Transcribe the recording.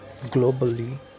globally